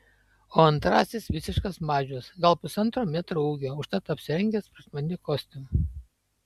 o antrasis visiškas mažius gal pusantro metro ūgio užtat apsirengęs prašmatniu kostiumu